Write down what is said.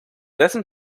dessen